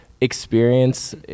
experience